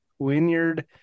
Winyard